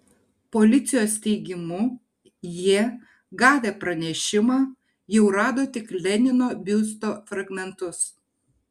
policijos teigimu jie gavę pranešimą jau rado tik lenino biusto fragmentus